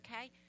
Okay